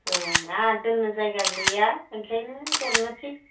ओं आंहा दोननो जायगा गैया ओंखायनो हरनोसै